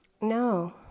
No